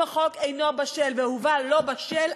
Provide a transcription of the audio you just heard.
אם החוק אינו בשל והובא לא בשל,